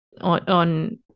on